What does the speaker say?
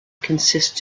consists